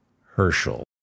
Herschel